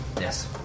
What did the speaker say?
Yes